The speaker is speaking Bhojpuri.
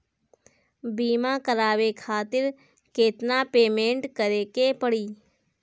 बीमा करावे खातिर केतना पेमेंट करे के पड़ी?